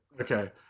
Okay